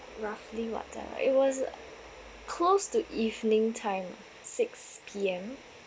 roughly what time it was close to evening time six P_M